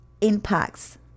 impacts